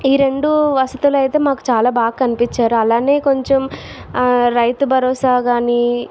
ఈ రెండు వసతులు అయితే మాకు చాలా బాగా కలిపించారు అలానే కొంచెం రైతు భరోసా కానీ